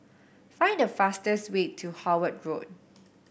find the fastest way to Howard Road